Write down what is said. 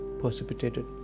precipitated